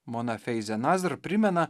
mona feizė nazar primena